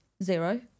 zero